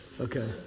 Okay